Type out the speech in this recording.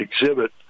exhibit